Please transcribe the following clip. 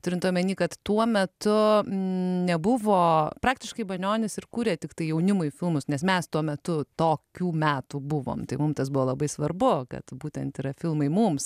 turint omeny kad tuo metu nebuvo praktiškai banionis ir kūrė tiktai jaunimui filmus nes mes tuo metu tokių metų buvom tai mum tas buvo labai svarbu kad būtent yra filmai mums